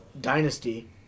Dynasty